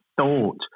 thought